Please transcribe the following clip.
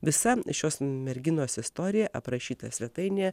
visa šios merginos istorija aprašyta svetainėje